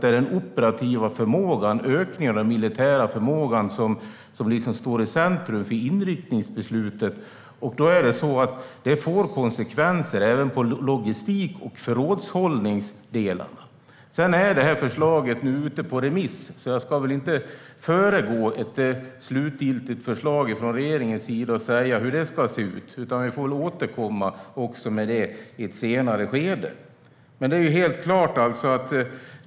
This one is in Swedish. Det är den operativa förmågan och ökningen av den militära förmågan som står i centrum för inriktningsbeslutet. Det får konsekvenser för både logistik och förrådshållningsdelarna. Förslaget är nu ute på remiss, så jag ska inte föregripa ett slutligt förslag från regeringen och säga hur det ska se ut. Vi får återkomma om detta i ett senare skede.